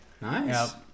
Nice